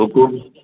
हुक़ुम